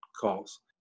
calls